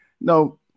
No